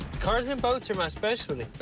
cars and boats are my specialty.